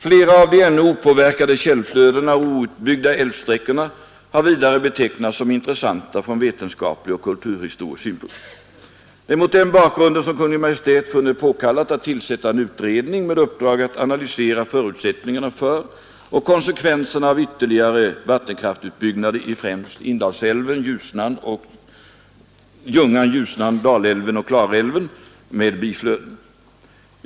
Flera av de ännu opåverkade källflödena och outbyggda älvsträckorna har vidare betecknats som intressanta från vetenskaplig och kulturhistorisk synpunkt. Det är mot denna bakgrund som Kungl. Maj:t funnit det påkallat att tillsätta en utredning med uppdrag att analysera förutsättningarna för och konsekvenserna av ytterligare vattenkraftsutbyggnader i främst Indalsälven, Ljungan, Ljusnan, Dalälven och Klarälven med biflöden.